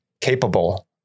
capable